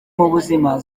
by’ubuzima